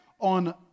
on